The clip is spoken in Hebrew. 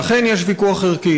ואכן יש ויכוח ערכי,